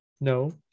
No